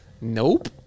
Nope